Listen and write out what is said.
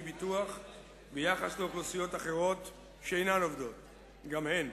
ביטוח ביחס לאוכלוסיות אחרות שאינן עובדות גם הן.